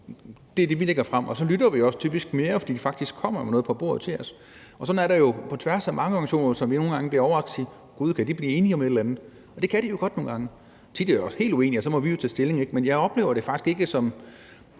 det er det, vi lægger frem. Og så lytter vi typisk også mere, fordi de faktisk kommer med noget på bordet til os. Og sådan er det jo på tværs af mange organisationer, hvor vi nogle gange bliver overraskede: Gud, kan de blive enige om et eller andet! Og det kan de jo nogle gange godt. Tit er de helt uenige, og så må vi jo tage stilling. Men jeg oplever det faktisk ikke som